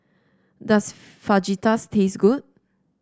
does Fajitas taste good